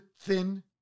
thin